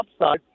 upside